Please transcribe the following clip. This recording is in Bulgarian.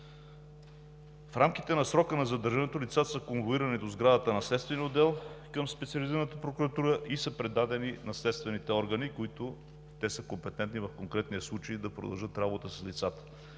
В рамките на срока на задържането лицата са конвоирани до сградата на следствения отдел към Специализираната прокуратура и предадени на следствените органи, които в конкретния случай са компетентни да продължат работа с лицата.